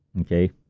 Okay